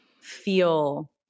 feel